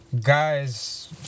Guys